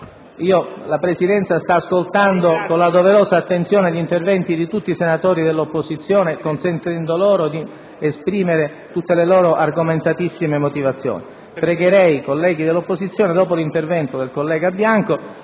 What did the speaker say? la Presidenza sta ascoltando con la doverosa attenzione gli interventi di tutti i senatori dell'opposizione, consentendo loro di esprimere tutte le loro argomentatissime motivazioni. Pregherei, però, i colleghi dell'opposizione, di consentire all'Aula,